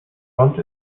want